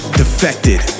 defected